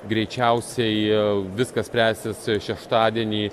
greičiausiai viskas spręsis šeštadienį